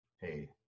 Hey